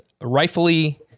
rightfully